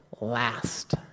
last